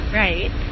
right